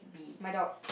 my dog